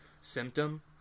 symptom